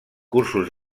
cursos